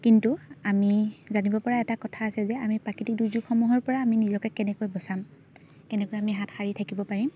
কিন্তু আমি জানিবপৰা এটা কথা আছে যে আমি প্ৰাকৃতিক দুৰ্যোগসমূহৰপৰা আমি নিজকে কেনেকৈ বচাম কেনেকৈ আমি হাত সাৰি থাকিব পাৰিম